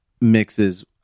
mixes